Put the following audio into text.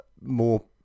more